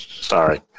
sorry